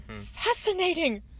Fascinating